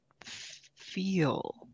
feel